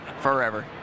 forever